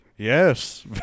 Yes